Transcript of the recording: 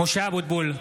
(קורא בשמות חברי הכנסת) משה אבוטבול,